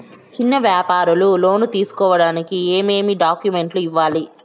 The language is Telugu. చిన్న వ్యాపారులు లోను తీసుకోడానికి ఏమేమి డాక్యుమెంట్లు ఇవ్వాలి?